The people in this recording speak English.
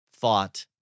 thought